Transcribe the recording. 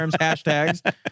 hashtags